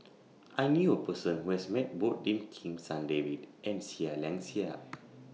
I knew A Person Who has Met Both Lim Kim San David and Seah Liang Seah